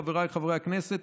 חבריי חברי הכנסת,